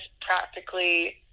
practically